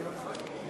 רווחיות תאגידי המים,